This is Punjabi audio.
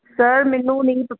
ਸਰ ਮੈਨੂੰ ਨਹੀਂ